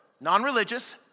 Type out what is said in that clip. non-religious